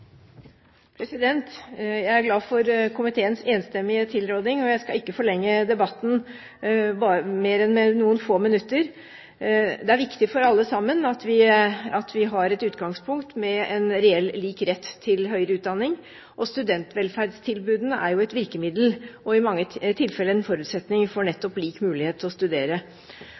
jeg skal ikke forlenge debatten med mer enn noen få minutter. Det er viktig for alle sammen at vi har et utgangspunkt med en reell lik rett til høyere utdanning, og studentvelferdstilbudene er jo et virkemiddel og i mange tilfeller en forutsetning for nettopp lik mulighet til å studere.